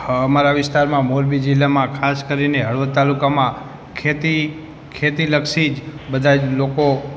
અમારા વિસ્તારમાં મોરબી જિલ્લામાં ખાસ કરીને હળવદ તાલુકામાં ખેતી ખેતીલક્ષી જ બધા જ લોકો